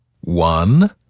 One